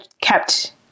kept